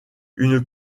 une